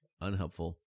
unhelpful